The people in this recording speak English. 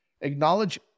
acknowledge